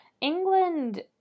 England